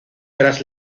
tras